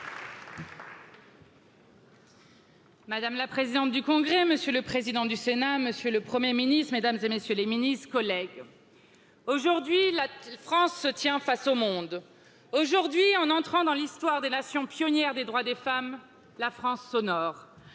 madame la présidente du congrès monsieur le président du sénat monsieur le premier ministre mesdames et messieurs les ministres collègues aujourd'hui au monde aujourd'hui en entrant dans l'histoire des nations pionnières des droits des femmes la france sonore